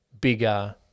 bigger